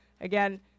again